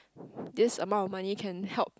this amount of money can help